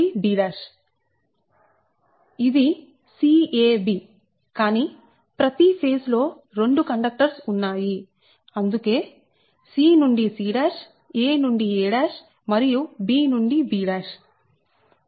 ఇది c a b కానీ ప్రతి ఫేజ్ లో 2 కండక్టర్స్ ఉన్నాయి అందుకే c నుండి c a నుండి a మరియు b నుండి b